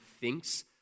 thinks